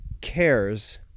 cares